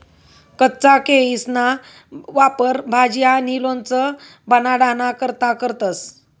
कच्चा केयीसना वापर भाजी आणि लोणचं बनाडाना करता करतंस